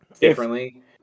differently